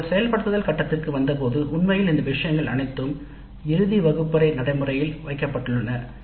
நாங்கள் செயல்படுத்தும் கட்டத்திற்கு வந்தபோது இந்த விஷயங்கள் அனைத்தும் உண்மையில் எவ்வாறு நடைமுறைப்படுத்தப்படுகிறது